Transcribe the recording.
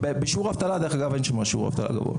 אין שם שיעור אבטלה.